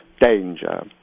danger